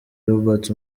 roberts